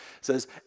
says